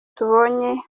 tubonye